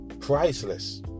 Priceless